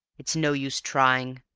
it's no use trying.